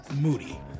moody